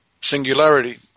singularity